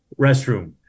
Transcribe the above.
restroom